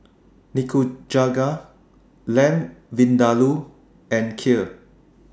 Nikujaga Lamb Vindaloo and Kheer